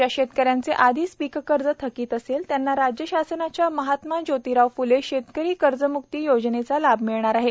ज्या शेतकऱ्यांचे आधीचे पीककर्ज थकीत असेल त्यांना राज्य शासनाच्या महात्मा जोतिराव फ्ले शेतकरी कर्जम्क्ती योजनेचा लाभ मिळणार आहे